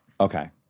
Okay